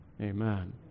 Amen